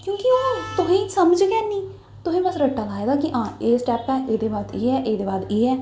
क्योंकि ओह् तुसेंगी समझ गै ऐनी तुसें बस रट्टा लाए दा एह् स्टैप ऐ एह् ऐ एह्दे बाद एह् ऐ